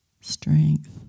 strength